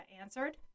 answered